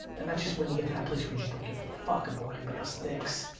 and that's just when you get to that place where you just don't give a fuck about what anybody else thinks.